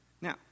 Now